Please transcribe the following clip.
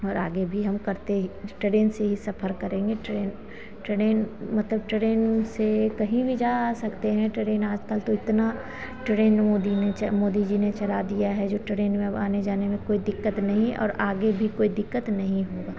और आगे भी हम करते ही ट्रेन से ही सफ़र करेंगे ट्रेन ट्रेन मतलब ट्रेन से कहीं भी जा आ सकते हैं ट्रेन आजकल तो इतनी ट्रेन मोदी ने मोदी जी ने चला दी है जो ट्रेन में अब आने जाने में कोई दिक्कत नहीं और आगे भी कोई दिक्कत नहीं होगी